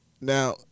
Now